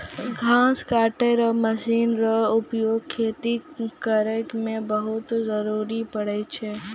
घास कटै रो मशीन रो उपयोग खेती करै मे बहुत जरुरी पड़ै छै